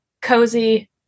cozy